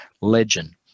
legend